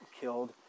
killed